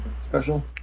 special